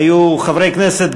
היו חברי הכנסת,